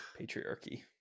patriarchy